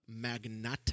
Magnata